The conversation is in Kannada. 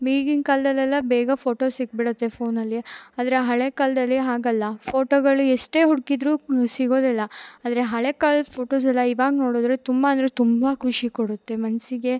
ಈಗಿನ್ ಕಾಲದಲೆಲ್ಲ ಬೇಗ ಫೋಟೊ ಸಿಕ್ಬಿಡುತ್ತೆ ಫೋನಲ್ಲಿ ಆದರೆ ಹಳೆ ಕಾಲದಲ್ಲಿ ಹಾಗಲ್ಲ ಫೋಟೊಗಳು ಎಷ್ಟೇ ಹುಡುಕಿದ್ರು ಸಿಗೋದಿಲ್ಲ ಆದರೆ ಹಳೆ ಕಾಲದ ಫೋಟೋಸೆಲ್ಲಇವಾಗ ನೋಡಿದ್ರೆ ತುಂಬ ಅಂದರೆ ತುಂಬ ಖುಷಿ ಕೊಡುತ್ತೆ ಮನಸ್ಸಿಗೆ